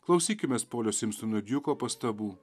klausykimės polio simsono djuko pastabų